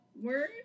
word